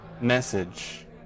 message